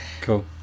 Cool